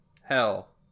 Hell